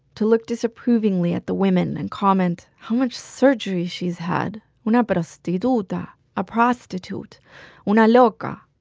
to look disapprovingly at the women and comment how much surgery she's had, una prostituta a prostitute una loca.